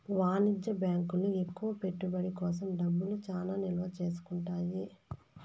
వాణిజ్య బ్యాంకులు ఎక్కువ పెట్టుబడి కోసం డబ్బులు చానా నిల్వ చేసుకుంటాయి